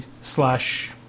slash